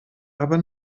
aber